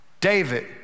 David